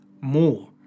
more